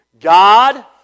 God